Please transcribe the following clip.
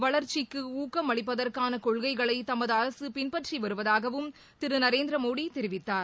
வளர்ச்சிக்கு ஊக்கம் அளிப்பதற்கான கொள்கைகளை தமது அரசு பின்பற்றி வருவதாகவும் திரு நரேந்திர மோடி தெரிவித்தார்